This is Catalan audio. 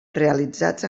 realitzats